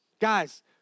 Guys